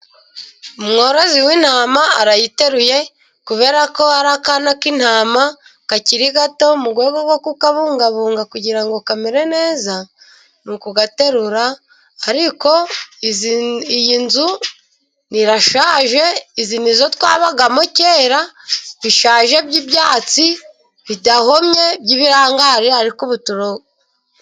Umworozi w'intama arayiteruye kubera ko ari akana k'intama kakiri gato, mu rwego rwo kukabungabunga kugira ngo kamere neza, ni ukugaterura. Ariko iyi nzu irashaje, izi ni zo twabagamo kera, zishaje z'ibyatsi, bidahomye by'ibirangare, ariko ubu tura...